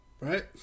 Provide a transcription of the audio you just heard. right